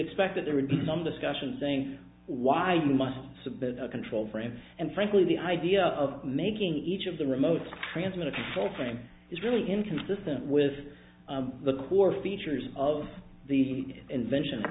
expect that there would be some discussion saying why you must submit a control frame and frankly the idea of making each of the remotes transmit a full time is really inconsistent with the core features of the invention of